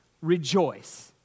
rejoice